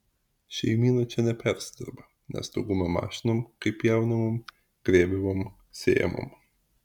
šeimyna čia nepersidirba nes dauguma mašinom kaip pjaunamom grėbiamom sėjamom